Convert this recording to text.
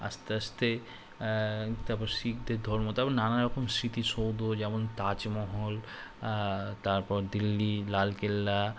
আস্তে আস্তে তারপর শিখদের ধর্ম তারপর নানারকম স্মৃতিসৌধ যেমন তাজমহল তারপর দিল্লি লাল কেল্লা